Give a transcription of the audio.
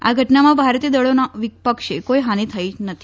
આ ઘટનામાં ભારતીય દળોના પક્ષે કોઈ હાનિ થઈ નથી